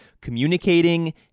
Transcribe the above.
communicating